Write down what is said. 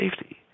safety